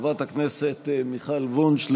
חברת הכנסת מיכל וונש,